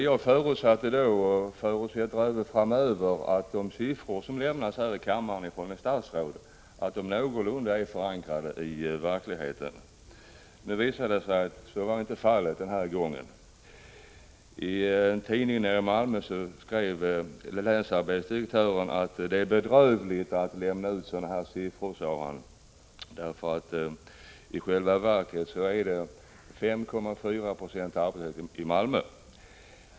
Jag förutsatte då och kommer även framöver att förutsätta att de siffror som lämnas här i kammaren av ett statsråd är någorlunda väl förankrade i verkligheten. Nu visar det sig att så inte var fallet den här gången. I en artikeli en Malmötidning har länsarbetsdirektören uttalat att det är bedrövligt att sådana här siffror lämnas ut, för i själva verket är det 5,4 96 arbetslöshet i Malmö.